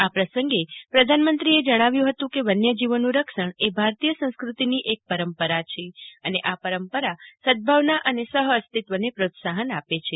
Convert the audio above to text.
આ પ્રસંગે પ્રધાનમંત્રીએ જણાવ્યું હતું કે વન્યજીવોનું રક્ષણ એ ભારતીય સંસ્કૃતિની એક પરંપરા છે અને આ પરંપરા સદભાવના અને સહઅસ્તીત્વને પ્રોત્સાહન આપે છે